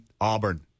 Auburn